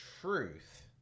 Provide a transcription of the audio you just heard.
truth